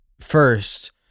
first